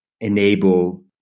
enable